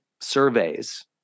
surveys